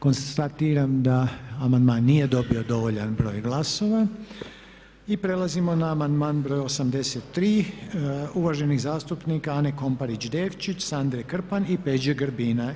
Konstatiram da amandman nije dobio dovoljan broj glasova i prelazimo na amandman broj 83. uvaženih zastupnika Ane Komparić Devčić, Sandre Krpan i Peđe Grbina.